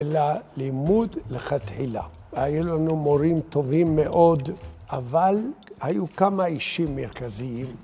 ללימוד לכתחילה, היו לנו מורים טובים מאוד, אבל היו כמה אישים מרכזיים.